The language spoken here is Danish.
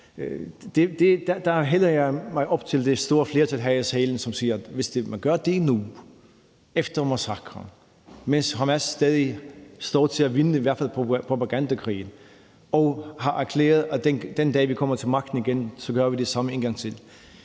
Der hælder jeg mod det store flertal her i salen, som siger, at hvis man gør det nu efter massakren, mens Hamas stadig står til at vinde i hvert fald propagandakrigen og har erklæret, at den dag, de kommer til magten igen, så gør de det samme en gang til.